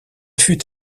fut